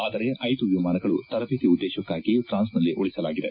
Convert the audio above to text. ಆದರೆ ಐದು ವಿಮಾನಗಳು ತರಬೇತಿ ಉದ್ದೇಶಕ್ತಾಗಿ ಪ್ರಾನ್ಸನಲ್ಲೇ ಉಳಿಸಲಾಗಿದೆ